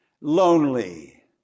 lonely